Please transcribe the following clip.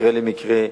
ממקרה למקרה.